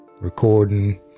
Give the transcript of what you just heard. recording